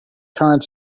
current